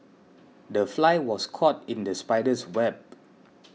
the fly was caught in the spider's web